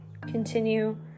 continue